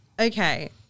Okay